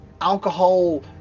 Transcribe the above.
alcohol